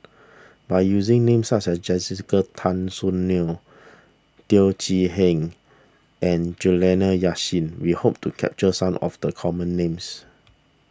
by using names such as Jessica Tan Soon Neo Teo Chee Hean and Juliana Yasin we hope to capture some of the common names